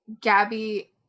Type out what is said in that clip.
Gabby